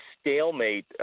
stalemate